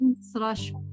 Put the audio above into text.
slash